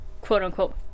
quote-unquote